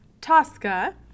Tosca